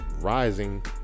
rising